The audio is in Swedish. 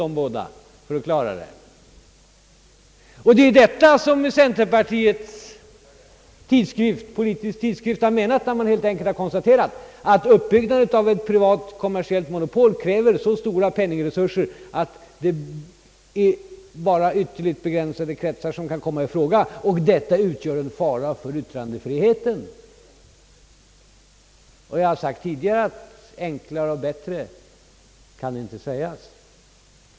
Det är vad centerpartiets tidskrift, Politisk Tidskrift, har menat när den helt enkelt konstaterat att uppbyggnaden av ett privat kommersiellt monopol kräver så stora penningresurser att det bara är ytterligt begränsade kretsar som kan komma i fråga och att detta utgör en fara för yttrandefriheten. Jag har sagt tidigare att enklare och bättre kan det inte sägas.